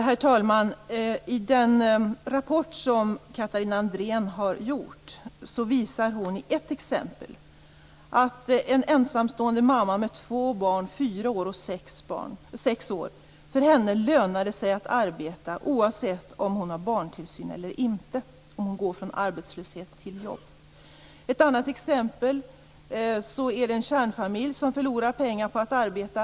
Herr talman! I Katarina Andréns rapport visas i ett exempel på en ensamstående mamma med två barn, fyra respektive sex år gamla. För den här mamman lönar det sig att arbeta, oavsett om hon har barntillsyn eller inte, om hon går från arbetslöshet till jobb. Ett annat exempel gäller en kärnfamilj som förlorar pengar på att arbeta.